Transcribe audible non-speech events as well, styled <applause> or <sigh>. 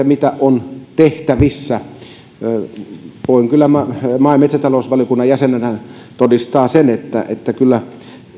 <unintelligible> mitä on tehtävissä voin kyllä maa ja metsätalousvaliokunnan jäsenenä todistaa sen että että kyllä